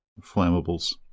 flammables